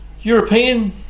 European